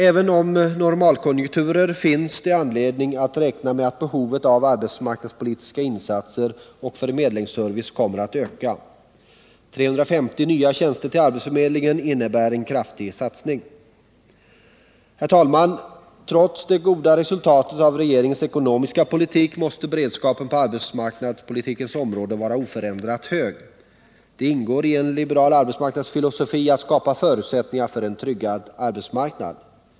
Även under normalkonjunkturer finns det anledning att räkna med att behovet av arbetsmarknadspolitiska insatser och förmedlingsservice kommer att öka. 350 nya tjänster till arbetsförmedlingen innebär en kraftig satsning. Herr talman! Trots det goda resultatet av regeringens ekonomiska politik måste beredskapen på arbetsmarknadspolitikens område vara oförändrat hög. Det ingår i en liberal arbetsmarknadsfilosofi att skapa förutsättningar för en tryggad arbetsmarknad.